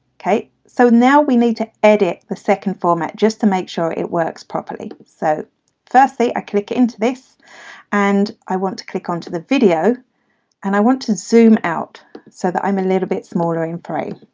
okay so now we need to edit the second format just to make sure it works properly so firstly i click into this and i want to click onto the video and i want to zoom out so that i'm a little bit smaller in frame,